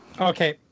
okay